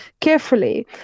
carefully